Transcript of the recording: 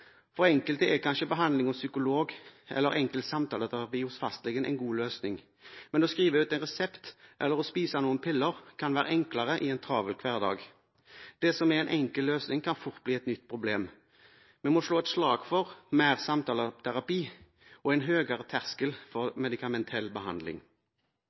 For enkelte er kanskje behandling hos psykolog eller enkel samtaleterapi hos fastlegen en god løsning, men å skrive ut en resept eller å spise noen piller kan være enklere i en travel hverdag. Det som er en enkel løsning, kan fort bli et nytt problem. Vi må slå et slag for mer samtaleterapi og en høyere terskel for medikamentell behandling.